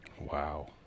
wow